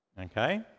Okay